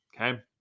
Okay